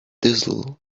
drizzle